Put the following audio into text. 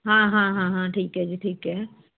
ਹਾਂ ਹਾਂ ਹਾਂ ਹਾਂ ਠੀਕ ਹੈ ਜੀ ਠੀਕ ਹੈ